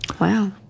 Wow